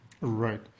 Right